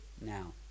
now